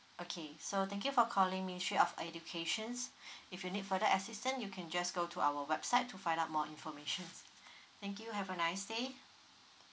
okay so thank you for calling ministry of educations if you need further assistance you can just go to our website to find out more information thank you have a nice day